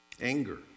anger